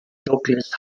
douglas